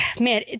man